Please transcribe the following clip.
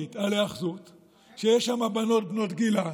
יש להם שבועות כאלה של שמירה.